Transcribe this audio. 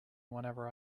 wherever